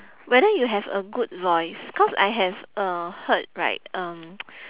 whether you have a good voice cause I have uh heard right um